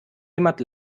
jemand